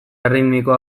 erritmikoa